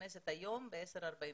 מתכנסת היום ב-10:45.